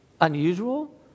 unusual